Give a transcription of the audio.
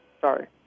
Sorry